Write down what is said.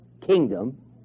kingdom